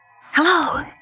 Hello